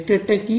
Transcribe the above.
vector টা কি